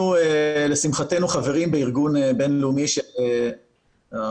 אנחנו לשמחתנו חברים בארגון בין-לאומי של ארגון